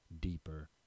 deeper